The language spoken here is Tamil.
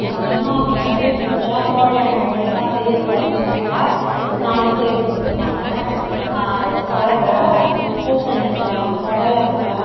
எங்கள் அம்மாவுக்கு சளி பிடிச்சா கோல்டான ஐட்டம் எல்லாம் செய்ய கூடாதுன்னுவாங்க நான் செய்து கொடுக்க மாட்டேன் அந்த சொரக்காய் பூசணிக்காய் பொடலங்காய்